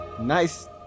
Nice